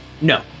No